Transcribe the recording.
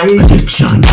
addiction